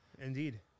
indeed